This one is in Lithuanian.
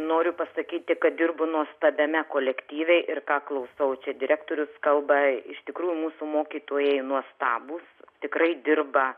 noriu pasakyti kad dirbu nuostabiame kolektyve ir ką klausau čia direktorius kalba iš tikrųjų mūsų mokytojai nuostabūs tikrai dirba